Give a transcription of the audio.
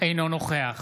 אינו נוכח